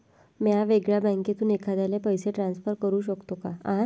म्या वेगळ्या बँकेतून एखाद्याला पैसे ट्रान्सफर करू शकतो का?